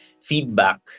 feedback